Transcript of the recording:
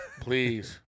please